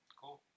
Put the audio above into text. cool